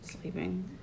Sleeping